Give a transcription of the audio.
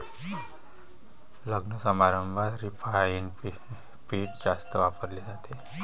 लग्नसमारंभात रिफाइंड पीठ जास्त वापरले जाते